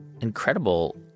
incredible